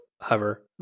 Hover